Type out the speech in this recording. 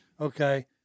Okay